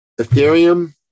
Ethereum